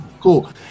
Cool